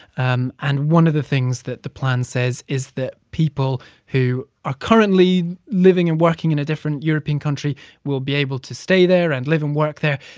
and and one of the things that the plan says is that people who are currently living and working in a different european country will be able to stay there and live and work there.